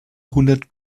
hundert